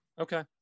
Okay